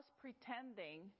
pretending